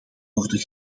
worden